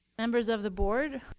members of the board,